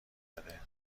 بده